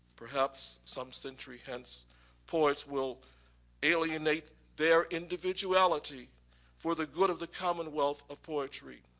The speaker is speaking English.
perhaps some century hence poets will alienate their individuality for the good of the commonwealth of poetry.